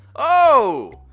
oh!